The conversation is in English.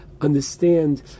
understand